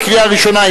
בקריאה ראשונה,